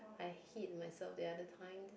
I hid myself the other time